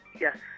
Yes